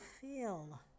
feel